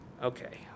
Okay